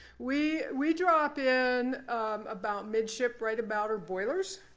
we we drop in about mid-ship, right about her boilers.